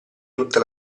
tutta